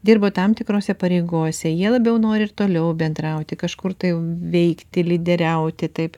dirbo tam tikrose pareigose jie labiau nori ir toliau bendrauti kažkur tai veikti lyderiauti taip